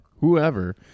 whoever